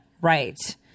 right